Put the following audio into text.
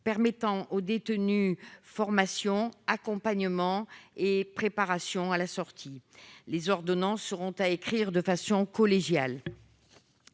offrant aux détenus formation, accompagnement et préparation à la sortie. Les ordonnances seront à écrire de façon collégiale.